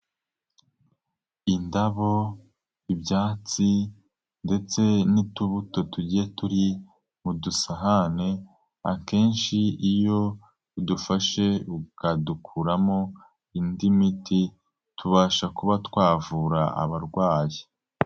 Indabo, ibyatsi ndetse n'utubuto tugiye turi mu dusahane, akenshi iyo udufashe ukadukuramo indi miti, tubasha kuba twavura abarwayi.